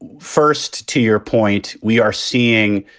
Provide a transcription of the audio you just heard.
first, to your point, we are seeing,